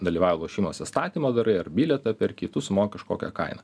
dalyvauji lošimuose statymą darai ar bilietą perki tu sumoki kažkokią kainą